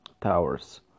Towers